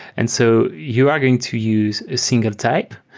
and so you are going to use a single type,